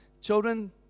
Children